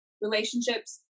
relationships